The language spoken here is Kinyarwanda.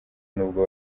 nubwo